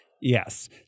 Yes